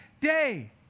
day